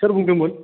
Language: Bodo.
सोर बुंदोंमोन